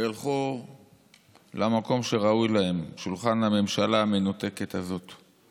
ילכו למקום שראוי להם, שולחן הממשלה המנותקת הזאת.